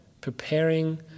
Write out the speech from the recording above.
preparing